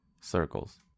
Circles